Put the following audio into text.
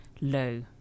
low